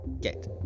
Get